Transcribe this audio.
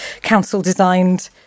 council-designed